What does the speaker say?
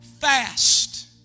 fast